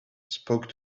spoke